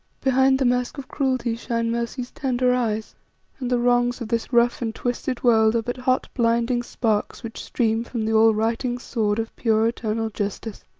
behind the mask of cruelty shine mercy's tender eyes and the wrongs of this rough and twisted world are but hot, blinding sparks which stream from the all-righting sword of pure, eternal justice.